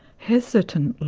hesitantly